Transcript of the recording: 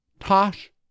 Tosh